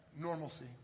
normalcy